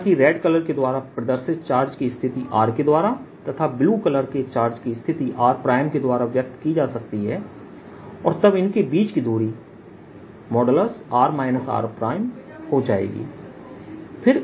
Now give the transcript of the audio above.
माना कि red colour के द्वारा प्रदर्शित चार्जकी स्थिति r के द्वारा तथा ब्लू कलर के चार्जकी स्थिति r' के द्वारा व्यक्त की जा सकती है और तब उनके बीच की दूरी r r हो जाएगी